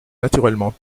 naturellement